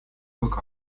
book